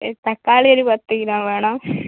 ഈ തക്കാളി ഒരു പത്ത് കിലോ വേണം